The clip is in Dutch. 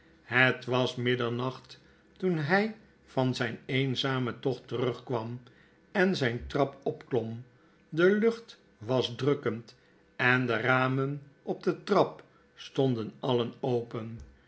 het was middernacht toen hg van zgn eenzamen tocht terugkwam en zgn trap opklom de lucht was drukkend en de ramen op de trap stonden alien open